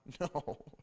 No